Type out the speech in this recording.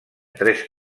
tres